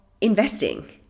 investing